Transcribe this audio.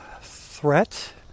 threat